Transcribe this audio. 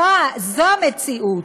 זו המציאות.